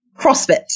CrossFit